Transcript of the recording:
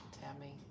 Tammy